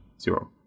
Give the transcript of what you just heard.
zero